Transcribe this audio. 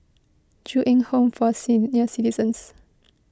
Ju Eng Home for Senior Citizens